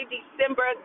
December